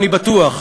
אני בטוח.